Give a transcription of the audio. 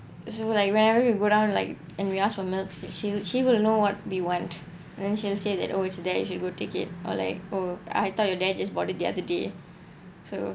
so like whenever you go down like and we ask for milk she she will know what we want and then she will say that oh it's there you should go take it or like I thought your dad just bought it the other day so